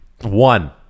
One